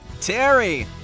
Terry